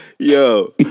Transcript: Yo